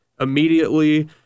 immediately